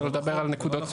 שלא לדבר על נקודות זכות.